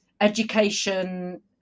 Education